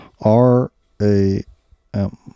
R-A-M